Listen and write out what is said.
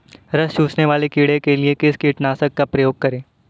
रस चूसने वाले कीड़े के लिए किस कीटनाशक का प्रयोग करें?